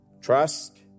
Trust